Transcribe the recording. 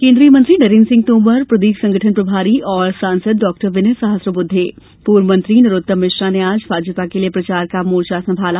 केन्द्रीय मंत्री नरेन्द्र सिंह तोमर प्रदेश संगठन प्रभारी और सांसद डॉक्टर विनय सहस्त्र बुद्धे पूर्व मंत्री नरोत्तम मिश्रा ने आज भाजपा के लिये प्रचार का मोर्चा संभाला